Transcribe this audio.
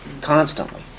Constantly